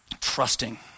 trusting